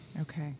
Okay